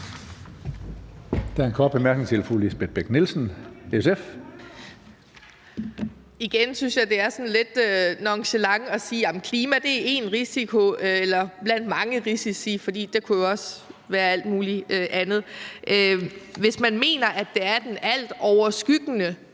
Hvis man mener, at det er den altoverskyggende